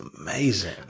amazing